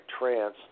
trance